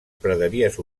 praderies